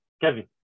Kevin